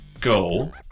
go